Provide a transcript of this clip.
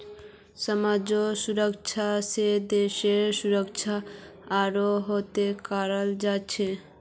समाजेर सुरक्षा स देशेर सुरक्षा आरोह बेहतर कराल जा छेक